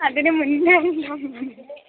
അതിനു മുന്നേ